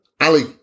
Ali